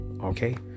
Okay